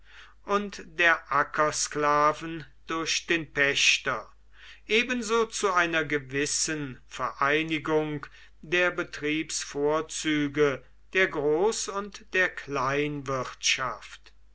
und der ackersklaven durch den pächter ebenso zu einer gewissen vereinigung der betriebsvorzüge der groß und der